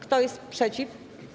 Kto jest przeciw?